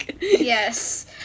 yes